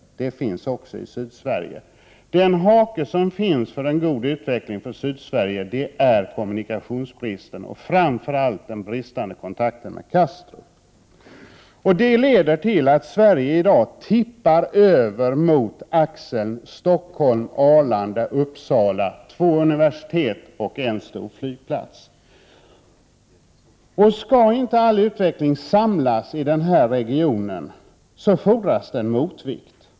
Det finns också i Sydsverige. Den hake som finns för en god utveckling för Sydsverige är kommunikationsbristen, framför allt den bristande kontakten med Kastrup. Detta leder till att Sverige i dag tippar över mot axeln Stockholm Arlanda-Uppsala. Två universitet och en stor flygplats. Om inte all utveckling skall samlas i den här regionen fordras det en motvikt.